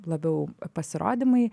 labiau pasirodymai